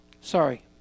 sorry